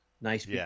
nice